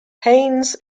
haines